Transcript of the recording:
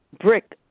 brick